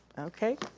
okay,